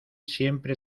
siempre